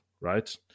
Right